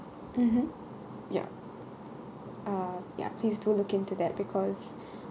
mmhmm yup uh ya please do look into that because